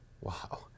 Wow